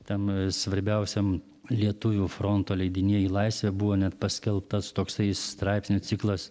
tam svarbiausiam lietuvių fronto leidinyje į laisvę buvo net paskelbtas toksai straipsnių ciklas